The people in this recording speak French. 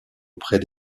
auprès